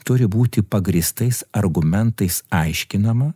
turi būti pagrįstais argumentais aiškinama